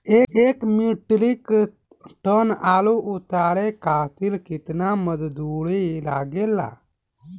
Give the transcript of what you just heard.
एक metric tonne आलू उतारे खातिर केतना मजदूरी लागेला?